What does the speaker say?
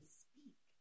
speak